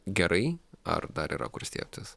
gerai ar dar yra kur stiebtis